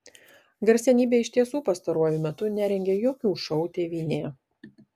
garsenybė iš tiesų pastaruoju metu nerengė jokių šou tėvynėje